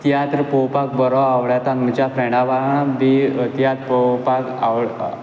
तियात्र पळोवपाक बरो आवडटा म्हणचे फ्रेंडा वांगडा बी तियात्र पळोवपाक आवडटा